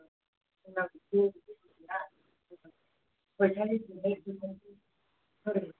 फरेखानि सोंनाय फिन्नाय फोरोंनो